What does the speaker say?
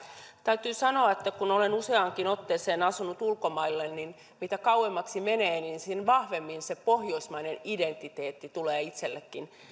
täytyy sanoa että että kun olen useaankin otteeseen asunut ulkomailla niin mitä kauemmaksi menee sen vahvemmin se pohjoismainen identiteetti tulee itsellekin